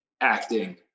acting